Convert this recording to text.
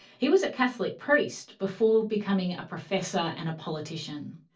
he was a catholic priest before becoming a professor and a politician.